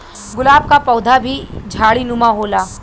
गुलाब क पौधा भी झाड़ीनुमा होला